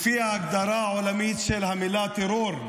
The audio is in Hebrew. -- לפי ההגדרה העולמית של המילה "טרור",